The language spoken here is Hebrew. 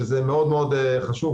שזה מאוד מאוד חשוב,